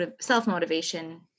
self-motivation